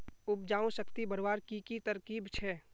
उपजाऊ शक्ति बढ़वार की की तरकीब छे?